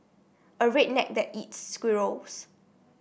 a redneck that eats squirrels